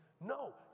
No